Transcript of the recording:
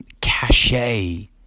cachet